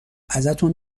ازتون